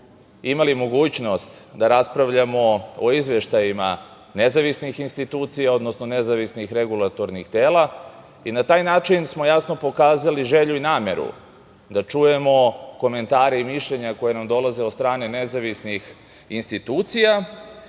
imali mogućnost da raspravljamo o izveštajima nezavisnih institucija, odnosno nezavisnih regulatornih tela, i na taj način smo jasno pokazali želju i nameru da čujemo komentare i mišljenja koja nam dolaze od strane nezavisnih institucija,